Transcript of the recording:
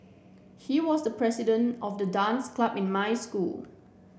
he was the president of the dance club in my school